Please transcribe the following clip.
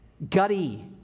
gutty